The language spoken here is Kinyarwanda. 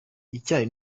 icyayi